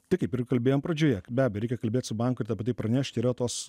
tai kaip ir kalbėjom pradžioje be abejo reikia kalbėt su banku ir apie tai pranešt yra tos